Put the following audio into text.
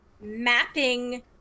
mapping